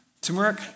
turmeric